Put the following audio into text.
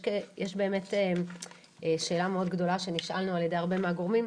יש באמת שאלה מאוד גדולה שנשאלנו על ידי הרבה מהגורמים,